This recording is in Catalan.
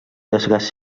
desgast